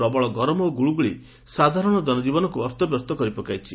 ପ୍ରବଳ ଗରମ ଓ ଗୁଳୁଗୁଳି ସାଧାରଣ ଜନଜୀବନକୁ ଅସ୍ତବ୍ୟସ୍ତ କରି ପକାଇଛି